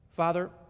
Father